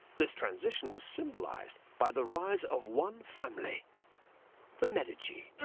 this transition was symbolised by the rise of one family the medici.